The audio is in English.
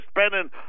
spending